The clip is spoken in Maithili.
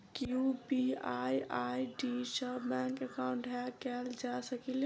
की यु.पी.आई आई.डी सऽ बैंक एकाउंट हैक कैल जा सकलिये?